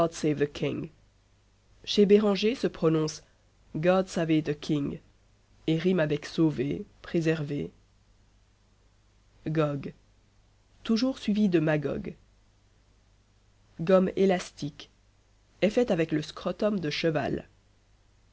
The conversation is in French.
chez béranger se prononce god savé te king et rime avec sauvé préservé gog toujours suivi de magog gomme élastique est faite avec le scrotum de cheval